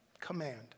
command